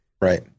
Right